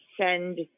send